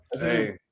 Hey